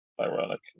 ironic